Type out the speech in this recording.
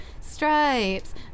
stripes